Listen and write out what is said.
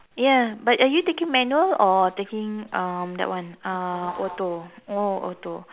ya but are you taking manual or taking um that one uh auto oh auto